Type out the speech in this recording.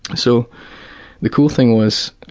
so the cool thing was,